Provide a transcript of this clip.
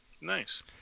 Nice